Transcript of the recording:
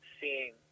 seeing